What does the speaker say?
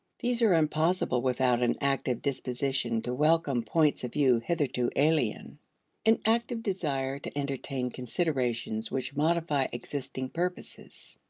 these are impossible without an active disposition to welcome points of view hitherto alien an active desire to entertain considerations which modify existing purposes.